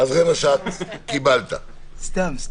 אז קיבלת רבע שעה.